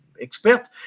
expert